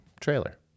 trailer